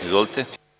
Izvolite.